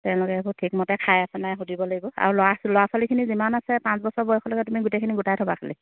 তেওঁলোকে সেইবোৰ ঠিকমতে খাই আছে নাই সুধিব লাগিব আৰু ল'ৰা ল'ৰা ছোৱালীখিনি কিমান আছে পাঁচ বছৰ বয়সলৈকে তুমি গোটেইখিনি গোটাই থ'বা খালি